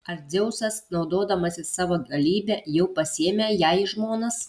ar dzeusas naudodamasis savo galybe jau pasiėmė ją į žmonas